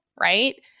right